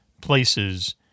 places